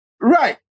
Right